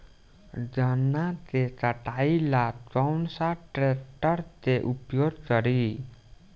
गन्ना के कटाई ला कौन सा ट्रैकटर के उपयोग करी?